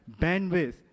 bandwidth